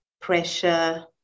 pressure